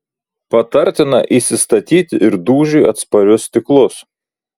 patartina įsistatyti ir dūžiui atsparius stiklus